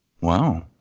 Wow